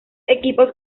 equipos